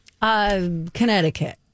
Connecticut